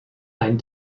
ein